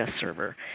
server